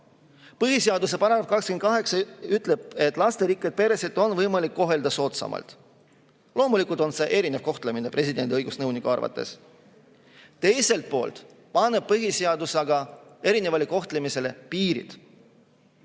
Põhiseaduse § 28 ütleb, et lasterikkaid peresid on võimalik kohelda soodsamalt. Loomulikult on see erinev kohtlemine presidendi õigusnõuniku arvates. Teiselt poolt paneb põhiseadus aga erinevale kohtlemisele piirid.